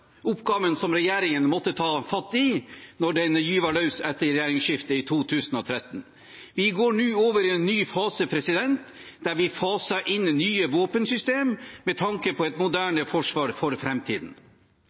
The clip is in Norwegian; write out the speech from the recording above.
oppgaven som regjeringen måtte ta fatt i da den gjøv løs etter regjeringsskiftet i 2013. Vi går nå over i en ny fase, der vi faser inn nye våpensystem med tanke på et